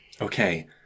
Okay